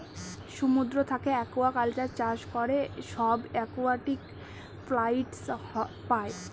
সমুদ্র থাকে একুয়াকালচার চাষ করে সব একুয়াটিক প্লান্টস পাই